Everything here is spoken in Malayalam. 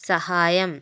സഹായം